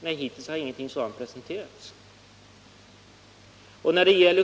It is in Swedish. Nej, hittills har ingenting sådant presenterats.